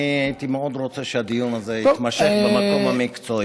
אני הייתי מאוד רוצה שהדיון הזה יימשך במקום המקצועי.